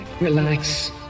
relax